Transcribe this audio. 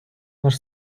наш